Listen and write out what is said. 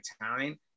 italian